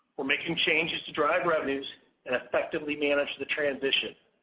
we're making changes to drive revenues and effectively manage the transition.